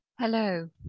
Hello